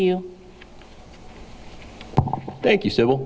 you thank you so